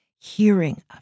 hearing